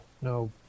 no